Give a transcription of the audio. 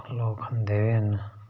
लोग खंदे बी हैन